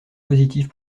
positif